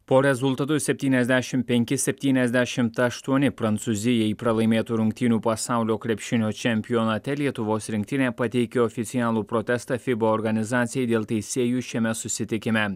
po rezultatu septyniasdešim penki septyniasdešimt aštuoni prancūzijai pralaimėtų rungtynių pasaulio krepšinio čempionate lietuvos rinktinė pateikė oficialų protestą fiba organizacijai dėl teisėjų šiame susitikime